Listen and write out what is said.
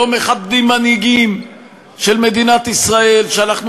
לא מכבדים מנהיגים של מדינת ישראל שאנחנו